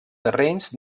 terrenys